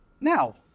Now